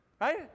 right